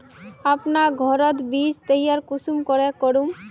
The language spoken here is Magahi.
अपना घोरोत बीज तैयार कुंसम करे करूम?